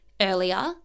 earlier